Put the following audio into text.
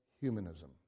humanism